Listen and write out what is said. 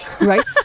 right